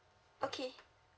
okay